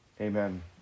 Amen